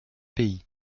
pays